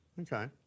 Okay